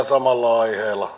samalla